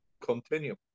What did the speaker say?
continue